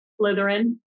Slytherin